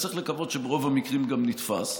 וצריך לקוות שברוב המקרים הוא גם נתפס.